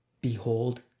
Behold